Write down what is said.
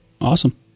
Awesome